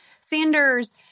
Sanders